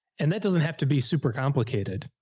and that doesn't have to be super complicated.